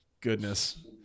goodness